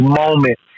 moment